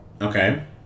okay